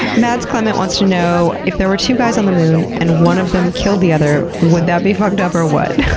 mads clement wants to know if there were two guys on the moon and one of them kill the other, would that be fucked up or what?